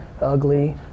ugly